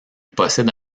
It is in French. possède